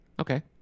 okay